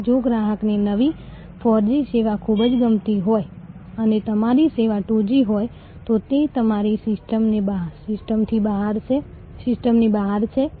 તેથી આજે આમાંના ઘણા વ્યવસાયો નેટવર્ક તરીકે કરવામાં આવે છે અને તેથી નેટવર્ક માર્કેટિંગ નેટવર્ક ભાગીદારો વચ્ચેના સંબંધ પર આધારિત છે